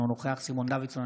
אינו נוכח סימון דוידסון,